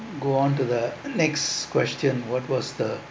go on to the next question what was the